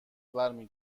برمی